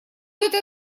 это